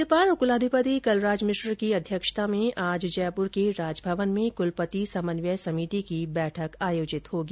राज्यपाल और कुलाधिपति कलराज मिश्र की अध्यक्षता में आज जयपुर के राजमवन में कुलपति समन्वय समिति की बैठक आयोजित होगी